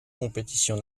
compétitions